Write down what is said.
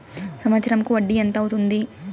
సంవత్సరం కు వడ్డీ ఎంత అవుతుంది?